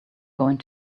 going